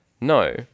no